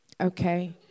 okay